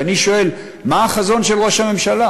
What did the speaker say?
ואני שואל: מה החזון של ראש הממשלה?